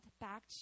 back